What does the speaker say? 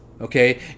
Okay